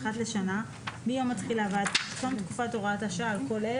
אחת לשנה מיום התחילה ועד תום תקופת הוראת השעה על כל אלה,